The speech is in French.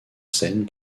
scène